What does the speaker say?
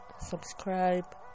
Subscribe